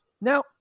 Now